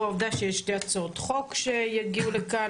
העובדה שיש שתי הצעות חוק שיגיעו לכאן,